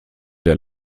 der